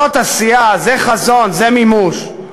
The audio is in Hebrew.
זאת עשייה, זה חזון, זה מימוש.